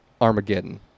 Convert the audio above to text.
armageddon